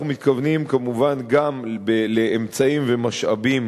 אנחנו מתכוונים כמובן גם לאמצעים ומשאבים